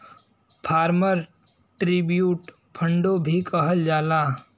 farmer tribute फ़ंडो भी कहल जाला